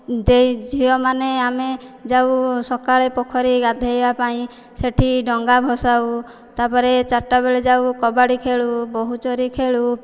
ଦେଇ ଝିଅମାନେ ଆମେ ଯାଉ ସକାଳେ ପୋଖରୀରେ ଗାଧେଇବା ପାଇଁ ସେଠି ଡଙ୍ଗା ଭସାଉ ତା'ପରେ ଚାରିଟା ବେଳେ ଯାଉ କବାଡ଼ି ଖେଳୁ ବୋହୁଚୋରୀ ଖେଳୁ